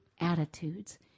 Attitudes